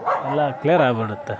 ಎಲ್ಲ ಕ್ಲಿಯರ್ ಆಗಿಬಿಡತ್ತೆ